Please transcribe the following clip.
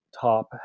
top